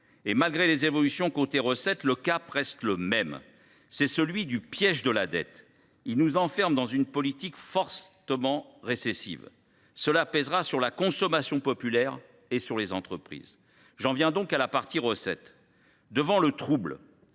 Malgré quelques évolutions actées côté recettes, le cap reste le même : c’est celui du piège de la dette, qui nous enferme dans une politique fortement récessive et pèsera sur la consommation populaire et les entreprises. J’en viens à la partie recettes. Devant le trouble,